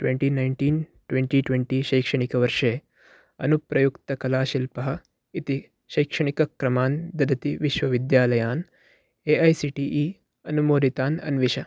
twenty nineteen twenty twenty शैक्षणिकवर्षे अनुप्रयुक्तकलाशिल्पः इति शैक्षणिकक्रमान् ददति विश्वविद्यालयान् A I C T E अनुमोदितान् अन्विष